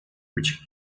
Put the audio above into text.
which